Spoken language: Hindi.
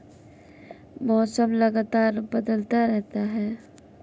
मौसम लगातार बदलता रहता है